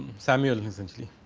samuel essentially.